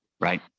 Right